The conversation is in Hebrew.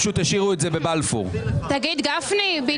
שחיתות, אין